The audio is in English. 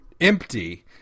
empty –